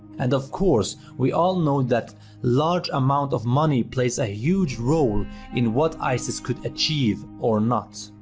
and of course, we all know that large amount of money plays a huge role in what isis could achieve or not.